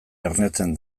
ernetzen